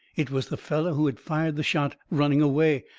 it was the feller who had fired the shot running away.